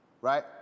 right